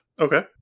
Okay